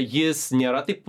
jis nėra taip